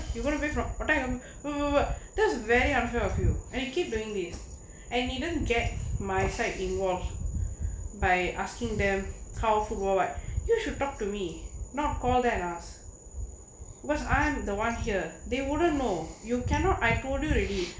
you got away from what time !aww! !aww! that's very unfair of you and keep doing this and didn't get my side involved by asking them colourful worldwide you should talk to me not call let us was I am the [one] here they wouldn't know you cannot I told you already